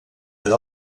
per